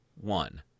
one